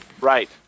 right